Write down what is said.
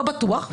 לא בטוח,